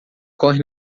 corre